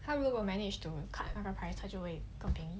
他如果 managed to cut 那个 price 他就会更便宜